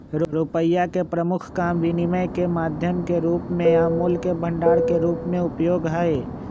रुपइया के प्रमुख काम विनिमय के माध्यम के रूप में आ मोल के भंडार के रूप में उपयोग हइ